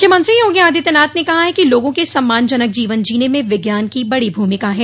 मुख्यमंत्री योगी आदित्यनाथ ने कहा है कि लोगों के सम्मानजनक जीवन जीने में विज्ञान की बड़ी भूमिका है